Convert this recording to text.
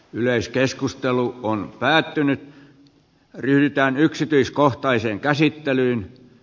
yleiskeskustelu on päättynyt yhtään yksityiskohtaiseen käsittelyyn